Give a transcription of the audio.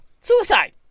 Suicide